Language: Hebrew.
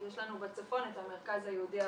יש לנו בצפון את המרכז היהודי-ערבי